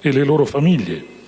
e le loro famiglie,